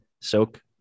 soak